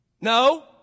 No